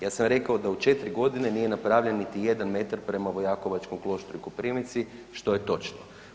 Ja sam rekao da u 4 godine nije napravljen niti jedan metar prema Vojakovačkom Kloštru i Koprivnici, što je točno.